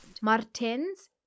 Martens